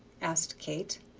asked kate.